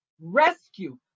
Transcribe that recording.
rescue